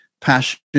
passion